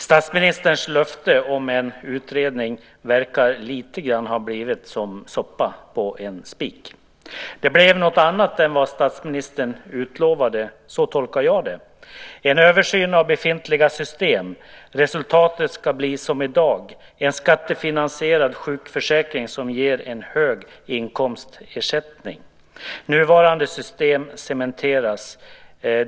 Statsministerns löfte om en utredning verkar lite grann ha blivit som att koka soppa på en spik. Det blev något annat än vad statsministern utlovade. Så tolkar jag det. En översyn av befintliga system, resultatet ska bli som i dag - en skattefinansierad sjukförsäkring som ger en hög inkomstersättning. Nuvarande system cementeras.